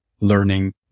learning